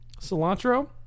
cilantro